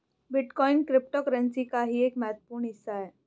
bitcoin cryptocurrency का ही एक महत्वपूर्ण हिस्सा है